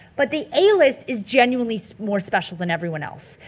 but the a list is genuinely more special than everyone else.